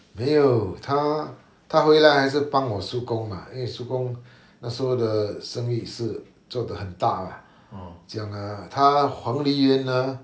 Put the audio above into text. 没有他他回来还是帮我叔公 mah 因为我叔公那时候的生意是做的很大 lah 这样 ah 他黄梨园 uh